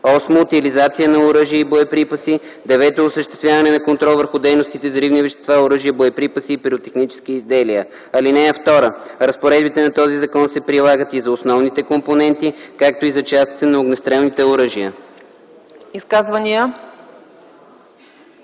8. утилизация на оръжия и боеприпаси; 9. осъществяване на контрол върху дейностите с взривни вещества, оръжия, боеприпаси и пиротехнически изделия. (2) Разпоредбите на този закон се прилагат и за основните компоненти, както и за частите на огнестрелните оръжия.”